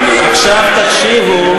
תקשיבו, עכשיו תקשיבו,